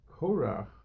Korach